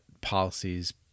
policies